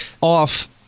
off